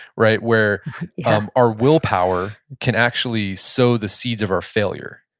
right? where um our willpower can actually sow the seeds of our failure,